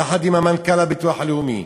יחד עם מנכ"ל הביטוח הלאומי.